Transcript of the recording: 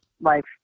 life